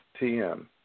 TM